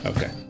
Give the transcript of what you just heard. Okay